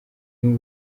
niwe